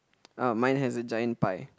oh mine has a giant pie